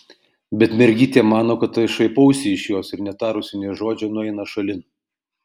bet mergytė mano kad aš šaipausi iš jos ir netarusi nė žodžio nueina šalin